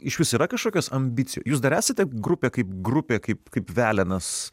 išvis yra kažkokios ambici jūs dar esate grupė kaip grupė kaip kaip velenas